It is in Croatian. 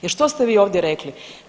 Jer što ste vi ovdje rekli?